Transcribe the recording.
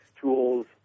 tools